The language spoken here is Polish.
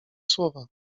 słowa